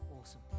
Awesome